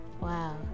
Wow